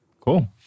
Cool